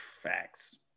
Facts